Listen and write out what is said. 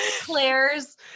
Claire's